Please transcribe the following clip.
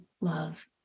love